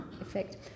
effect